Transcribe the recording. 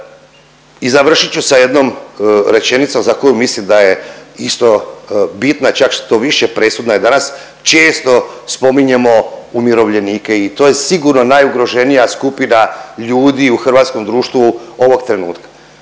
i završit ću sa jednom rečenicom za koju mislim da je isto bitna čak što više presudna je. Danas često spominjemo umirovljenike i to je sigurno najugroženija skupina ljudi u hrvatskom društvu ovog trenutka.